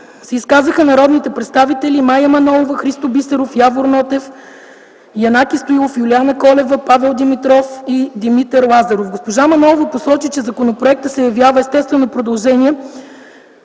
се изказаха народните представители Мая Манолова, Христо Бисеров, Явор Нотев, Янаки Стоилов, Юлиана Колева, Павел Димитров и Димитър Лазаров. Госпожа Манолова посочи, че законопроектът се явява естествено продължение